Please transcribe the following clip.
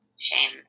shame